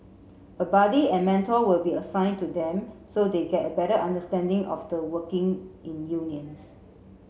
a buddy and mentor will be assigned to them so they get a better understanding of the workings in unions